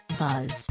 buzz